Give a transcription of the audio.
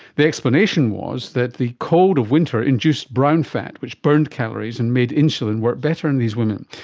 the explanation was that the cold of winter induced brown fat which burned calories and made insulin work better in these women.